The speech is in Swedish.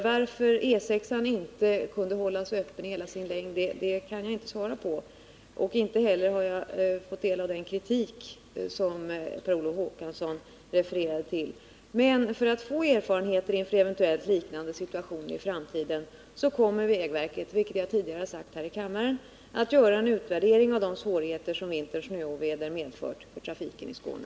Varför E 6 inte kunde hållas öppen i hela sin längd kan jag inte svara på. Inte heller har jag fått del av den kritik som Per Olof Håkansson refererade till. Men för att få erfarenheter inför eventuella liknande situationer i framtiden kommer vägverket, vilket jag tidigare har sagt här i kammaren, att göra en utvärdering av de svårigheter som vinterns snöoväder medfört för trafiken i Skåne.